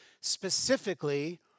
specifically